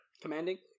commanding